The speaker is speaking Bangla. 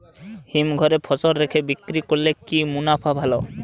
হিমঘরে ফসল রেখে বিক্রি করলে কি মুনাফা ভালো?